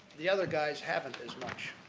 the other guys haven't as much.